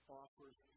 offers